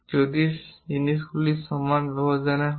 যদি জিনিসগুলি সমান ব্যবধানে হয়